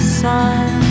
sun